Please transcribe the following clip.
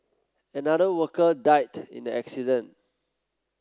another worker died in the accident